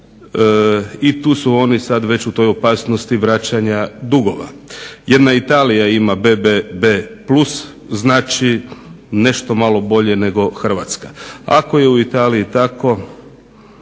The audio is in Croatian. i tu sada oni već u toj opasnosti vraćanja dugova. Jedna Italija ima BBB plus, znači nešto malo bolje nego Hrvatska. Ako je u Italiji tako